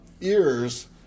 ears